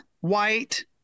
white